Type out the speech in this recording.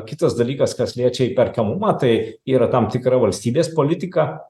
kitas dalykas kas liečia įperkamumą tai yra tam tikra valstybės politika